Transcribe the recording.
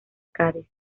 cádiz